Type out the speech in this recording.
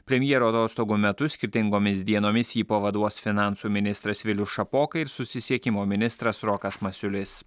premjero atostogų metu skirtingomis dienomis jį pavaduos finansų ministras vilius šapoka ir susisiekimo ministras rokas masiulis